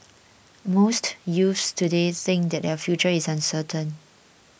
most youths today think that their future is uncertain